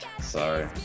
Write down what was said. Sorry